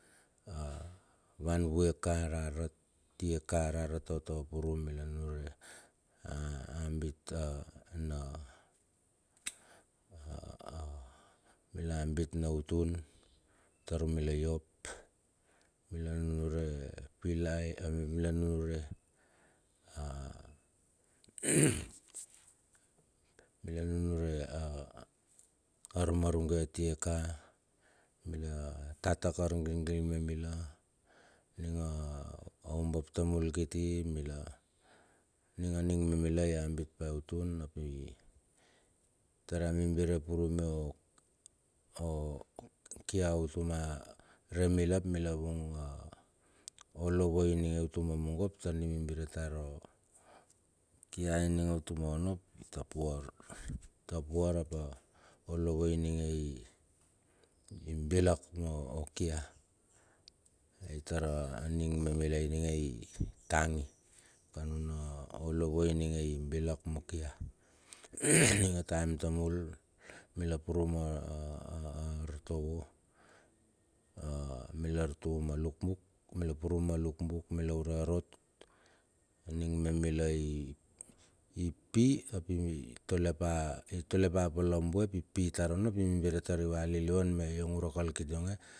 A van vue ka rarat te ka rarat tapa tapa purum mila nunure ambit a na utun tar mila iop, mila nunure pilai, mila nunure a mika nunure ar marunge a tieka, tatak argilgil me mila. Ning a oubap tamul kiti mila ninga ning me mila i ambit pa eutun ap i tar ia mimbire purume o o okia utume re mila ap mila vung a o lovoi ninge utume mungo ap tar di mimbire tar okia ininge utuma ono ap itapuar. Itapuar ap a olovoi ininge i bilak mo kia, ai tara ning me mila ininge i tangi, kan anu olovoi ininge i bilak mo kia. ning a taem tamul, mila purum ma a a a artovo mila artovo ma luk buk, mila purum ma luk buk, mila ure arot, aning me mila ipi, ap to le pa i tolepa palabue, ap ipi tar ono ap i mimbire tari vuea lilivan me iong ura kalkit ionge.